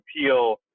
appeal